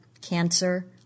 cancer